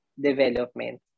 development